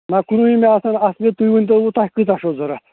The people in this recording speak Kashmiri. نَہ کُنوُہمہِ آسنو نہٕ اصلی تُہۍ ؤنۍ تو وۄنۍ تۄہہِ کۭژاہ چھو ضوٚرتھ